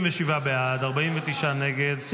57 בעד, 49 נגד.